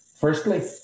Firstly